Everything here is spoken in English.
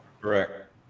correct